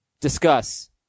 Discuss